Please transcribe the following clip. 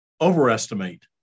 overestimate